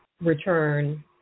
return